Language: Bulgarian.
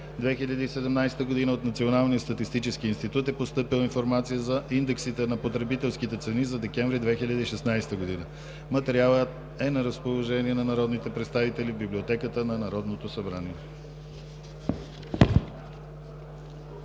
2017 г. от Националния статистически институт е постъпила информация за индексите на потребителските цени за декември 2016 г. Материалът е на разположение на народните представители в Библиотеката на Народното събрание.